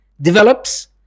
develops